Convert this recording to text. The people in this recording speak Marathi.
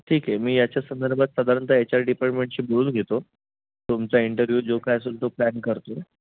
ठीक आहे मी याच्या संदर्भात साधारणतः एच आर डिपार्टमेंटशी बोलून घेतो तुमचा इंटरव्ह्यू जो काय असेल तो प्लॅन करतो